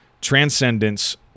Transcendence